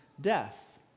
death